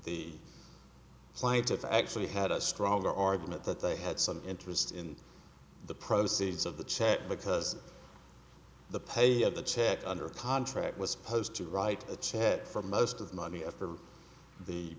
plaintiff actually had a stronger argument that they had some interest in the proceeds of the chat because the pay of the check under contract was supposed to write a check for most of the money after the